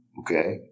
okay